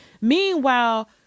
Meanwhile